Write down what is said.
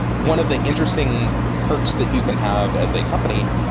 one of the interesting perks that you can have as a company.